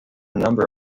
number